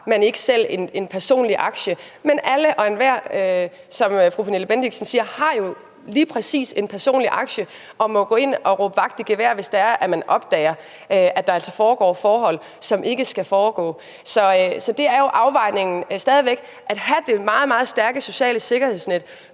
så ikke selv har en personlig aktie. Men alle og enhver har jo, som fru Pernille Bendixen siger, lige præcis en personlig aktie og må gå ind og råbe vagt i gevær, hvis det er, at man opdager, at der altså foregår ting, som ikke skal foregå. Så det er jo en balance mellem stadig væk at have det meget, meget stærke sociale sikkerhedsnet